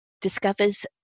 discovers